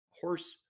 horse